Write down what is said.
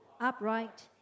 upright